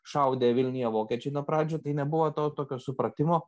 šaudė vilniuje vokiečiai nuo pradžių tai nebuvo to tokio supratimo